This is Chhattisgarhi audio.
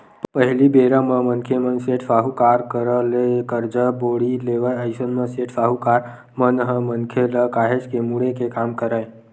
पहिली बेरा म मनखे मन सेठ, साहूकार करा ले करजा बोड़ी लेवय अइसन म सेठ, साहूकार मन ह मनखे मन ल काहेच के मुड़े के काम करय